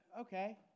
okay